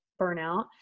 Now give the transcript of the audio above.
burnout